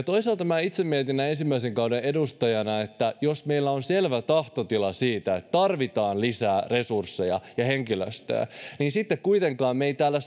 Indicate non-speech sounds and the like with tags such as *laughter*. *unintelligible* toisaalta minä itse mietin näin ensimmäisen kauden edustajana että jos meillä on selvä tahtotila siitä että tarvitaan lisää resursseja ja henkilöstöä niin sitten kuitenkaan me emme täällä *unintelligible*